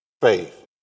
faith